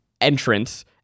entrance